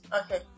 Okay